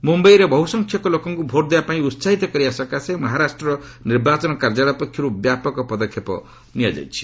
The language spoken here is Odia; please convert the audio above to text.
ମୁମ୍ୟାଇରେ ବହୁସଂଖ୍ୟକ ଲୋକଙ୍କୁ ଭୋଟ୍ ଦେବାପାଇଁ ଉତ୍ସାହିତ କରିବା ସକାଶେ ମହାରାଷ୍ଟ୍ରର ନିର୍ବାଚନ କାର୍ଯ୍ୟାଳୟ ପକ୍ଷର୍ତ ବ୍ୟାପକ ପଦକ୍ଷେପ ନିଆଯାଇଛି